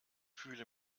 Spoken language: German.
fühle